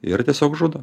ir tiesiog žudo